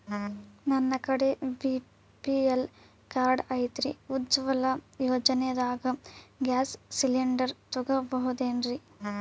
ನನ್ನ ಕಡೆ BPL card ಐತ್ರಿ, ಉಜ್ವಲಾ ಯೋಜನೆದಾಗ ಗ್ಯಾಸ್ ಸಿಲಿಂಡರ್ ತೊಗೋಬಹುದೇನ್ರಿ?